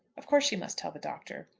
of course she must tell the doctor.